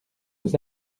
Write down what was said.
aux